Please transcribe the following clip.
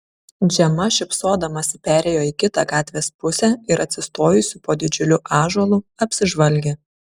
džema šypsodamasi perėjo į kitą gatvės pusę ir atsistojusi po didžiuliu ąžuolu apsižvalgė